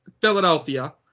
Philadelphia